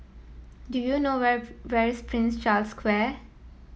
do you know where where is Prince Charles Square